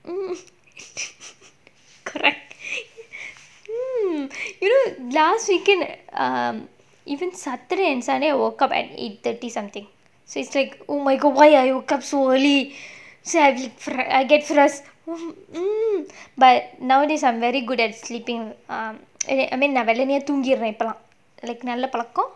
um correct you know last weekend err even saturday and sunday I woke up at eight thirty something so it's like oh my god why I woke up so early so I I get mm but nowadays I'm very good at sleeping err okay I mean தூங்கிடறேன் இப்போல்லாம்:thoongidraen ippolaam like நல்ல பழக்கம்:nalla palakam